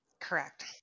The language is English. Correct